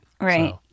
Right